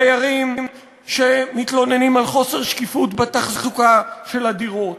דיירים שמתלוננים על חוסר שקיפות בתחזוקה של הדירות,